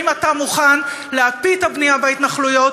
האם אתה מוכן להקפיא את הבנייה בהתנחלויות,